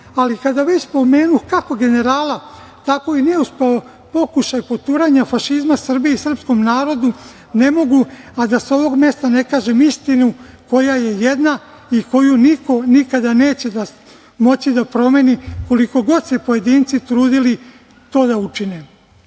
ali kada već spomenuh kako generala, tako i neuspeo pokušaj poturanja fašizma Srbiji i srpskom narodu, ne mogu a da sa ovog mesta ne kažem istinu koja je jedna i koju nikada niko neće moći da promeni, koliko god se pojedinci trudili to da učine.